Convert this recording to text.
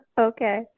Okay